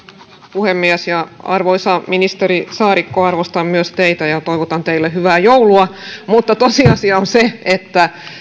puhemies arvoisa ministeri saarikko arvostan myös teitä ja toivotan teille hyvää joulua mutta tosiasia on se että